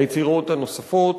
היצירות הנוספות,